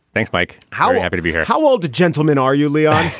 thanks, mike. how happy to be here. how old gentleman are you, leon?